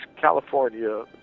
California